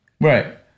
Right